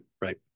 Right